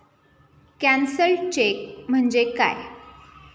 Cancelled cheque म्हणजे काय?